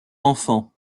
enfant